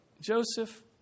Joseph